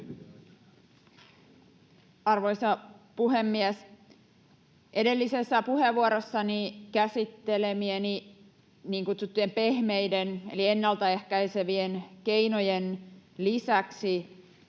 Arvoisa puhemies! Edellisessä puheenvuorossani käsittelemieni niin kutsuttujen pehmeiden eli ennaltaehkäisevien keinojen lisäksi